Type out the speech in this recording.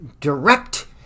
direct